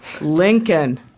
Lincoln